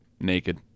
naked